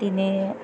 तिने